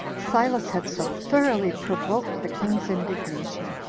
silas had so thoroughly provoked the king's indignation,